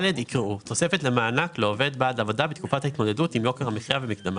או במקרה